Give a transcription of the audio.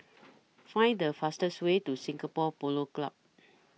Find The fastest Way to Singapore Polo Club